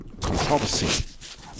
controversy